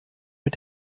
mit